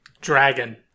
Dragon